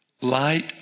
Light